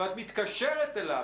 ואת מתקשרת אליו.